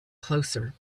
closer